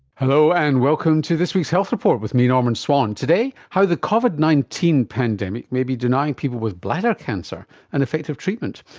hello, and welcome to this week's health report with me, norman swan. today, how the covid nineteen pandemic may be denying people with bladder cancer an effective treatment.